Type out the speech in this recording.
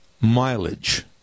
mileage